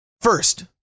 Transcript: First